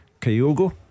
Kyogo